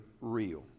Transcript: real